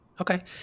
Okay